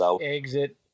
Exit